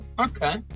okay